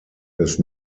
des